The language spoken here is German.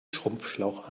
schrumpfschlauch